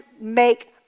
make